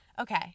Okay